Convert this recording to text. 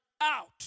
out